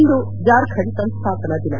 ಇಂದು ಜಾರ್ಖಂಡ್ ಸಂಸ್ದಾಪನಾ ದಿನ